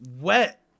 wet